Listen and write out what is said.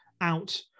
out